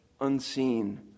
unseen